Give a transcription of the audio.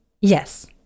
Yes